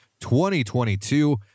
2022